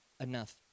enough